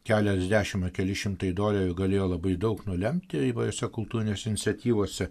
keliasdešimt ar keli šimtai dolerių galėjo labai daug nulemti įvairiose kultūrinėse iniciatyvose